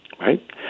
right